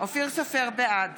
בעד